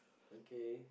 okay